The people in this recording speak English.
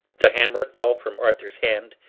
the hammer fell from arthur's hand.